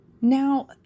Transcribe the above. Now